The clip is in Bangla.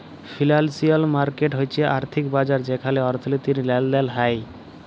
ফিলান্সিয়াল মার্কেট হচ্যে আর্থিক বাজার যেখালে অর্থনীতির লেলদেল হ্য়েয়